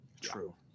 True